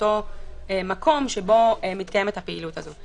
אותו מקום שבו מתקיימת הפעילות הזו.